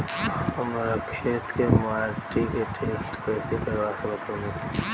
हमरा खेत के माटी के टेस्ट कैसे करवा सकत बानी?